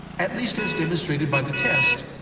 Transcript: at least as demonstrated by the test,